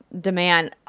demand